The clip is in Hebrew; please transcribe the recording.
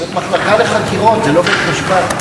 זה מחלקה לחקירות, זה לא בית-משפט.